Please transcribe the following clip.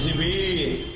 we